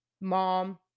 mom